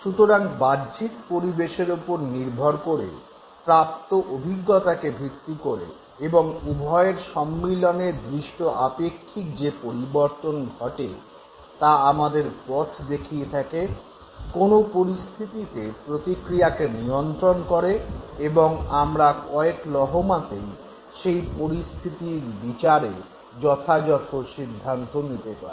সুতরাং বাহ্যিক পরিবেশের ওপর নির্ভর করে প্রাপ্ত অভিজ্ঞতাকে ভিত্তি করে এবং উভয়ের সম্মিলনে সৃষ্ট আপেক্ষিক যে পরিবর্তন ঘটে তা আমাদের পথ দেখিয়ে থাকে কোনো পরিস্থিতিতে প্রতিক্রিয়াকে নিয়ন্ত্রণ করে এবং আমরা কয়েক লহমাতেই সেই পরিস্থিতির বিচারে যথাযথ সিদ্ধান্ত নিতে পারি